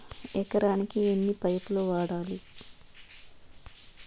ఎకరాకి ఎన్ని పైపులు వాడాలి?